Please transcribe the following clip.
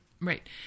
Right